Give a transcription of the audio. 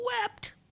wept